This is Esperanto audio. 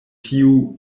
tiu